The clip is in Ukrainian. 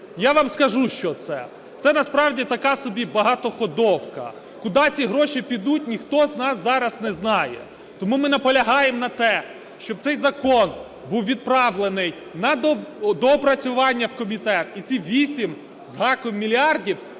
Я вам скажу, що це. Це насправді так собі багатоходовка. Куди ці гроші підуть, ніхто з нас зараз не знає. Тому ми на полягаємо на те, щоб цей закон був відправлений на доопрацювання в комітет і ці вісім з гаком мільярдів